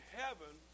heaven